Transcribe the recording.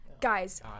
Guys